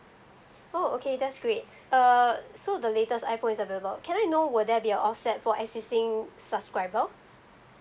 oh okay that's great uh so the latest iphone is available can I know will there be an offset for existing subscriber